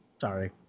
Sorry